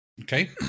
Okay